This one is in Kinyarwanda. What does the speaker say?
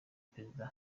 perezida